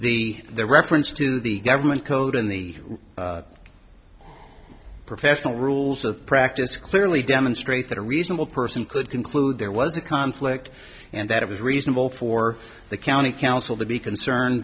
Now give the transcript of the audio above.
established the reference to the government code in the professional rules of practice clearly demonstrate that a reasonable person could conclude there was a conflict and that it was reasonable for the county council to be concerned